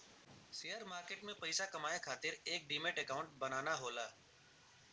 share market में पइसा कमाये खातिर एक डिमैट अकांउट बनाना होला